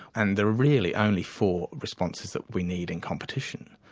and there are really only four responses that we need in competition,